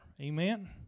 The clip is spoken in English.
Amen